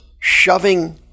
shoving